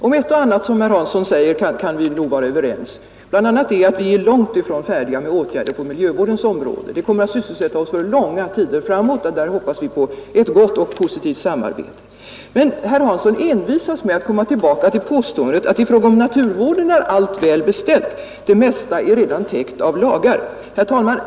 Om ett och annat som herr Hansson säger kan vi nog vara överens bl.a. att vi är långt ifrån färdiga med åtgärder på miljövårdens område. Det kommer att sysselsätta oss för långa tider framåt, och där hoppas jag på ett gott och positivt samarbete. Men herr Hansson envisas med att komma tillbaka till påståendet att i fråga om naturvården är allt väl beställt. Det mesta är redan täckt av lagar, säger herr Hansson. Herr talman!